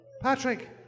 Patrick